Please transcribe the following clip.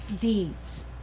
deeds